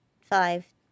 five